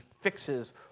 fixes